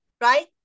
Right